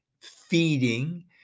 feeding